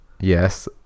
Yes